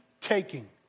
taking